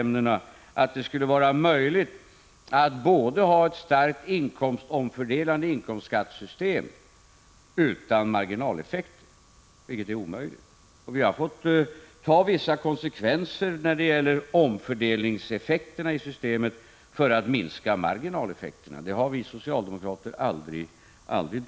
Jag tänker då på diskussionen om huruvida det skulle vara möjligt att ha ett starkt omfördelande inkomstskattesystem utan marginaleffekter. Men det är omöjligt. Vi har fått ta vissa konsekvenser när det gäller omfördelningseffekterna i systemet för att minska marginaleffekterna. Detta har vi socialdemokrater aldrig dolt.